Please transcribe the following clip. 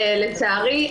לצערי,